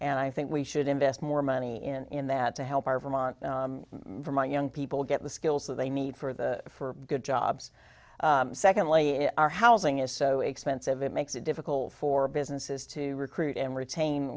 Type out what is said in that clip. and i think we should invest more money in that to help our vermont for my young people get the skills that they need for the for good jobs secondly our housing is so expensive it makes it difficult for businesses to recruit and retain